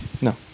No